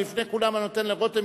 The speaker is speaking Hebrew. אבל לפני כולם אני נותן לרותם,